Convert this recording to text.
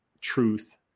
truth